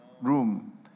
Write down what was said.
room